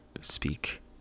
speak